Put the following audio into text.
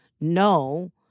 no